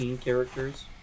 characters